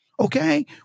Okay